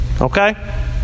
Okay